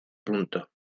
punto